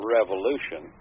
Revolution